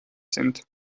sind